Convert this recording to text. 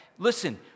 Listen